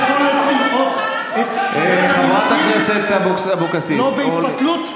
--- חברת הכנסת אבקסיס, תודה.